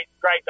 great